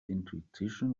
intuition